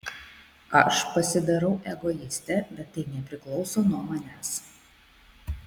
aš pasidarau egoistė bet tai nepriklauso nuo manęs